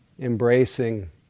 embracing